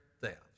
thefts